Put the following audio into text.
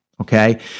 Okay